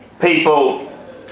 people